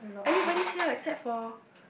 everybody siao except for